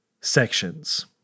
sections